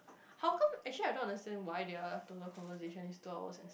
how come actually I don't understand why their total conversation is two hours